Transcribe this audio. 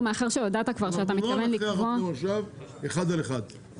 אנחנו לא נכריח אתכם עכשיו אחד על אחד.